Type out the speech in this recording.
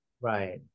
Right